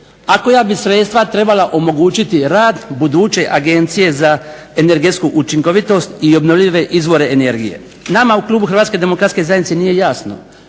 koja bi sredstva trebala omogućiti rad buduće agencije za energetsku učinkovitost i obnovljive izvore energije. Nama u klubu Hrvatske demokratske zajednice nije jasno